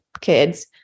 kids